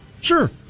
Sure